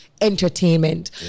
entertainment